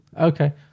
okay